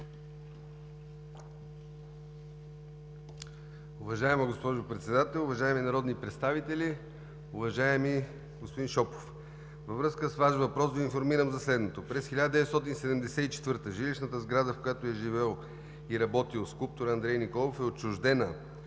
връзка с Вашия въпрос Ви информирам за следното. През 1974 г. жилищната сграда, в която е живял и работил скулпторът Андрей Николов, е отчуждена,